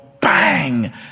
bang